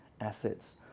assets